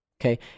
okay